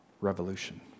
revolution